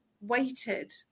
waited